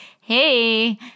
hey